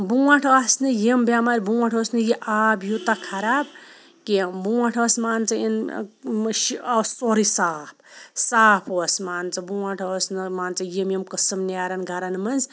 بونٛٹھ آسہٕ نہٕ یِم بیٚمارِ بونٛٹھ اوس نہٕ یہٕ آب یوتاہ خَراب کینٛہہ بونٛٹھ ٲس مان ژٕ اوس سورٕے صاف صاف اوس مان ژٕ بونٛٹھ اوس نہٕ مان ژٕ یِم یِم قٕسم نیران گَرَن مَنٛز